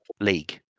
League